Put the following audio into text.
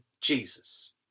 Jesus